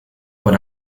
por